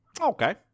Okay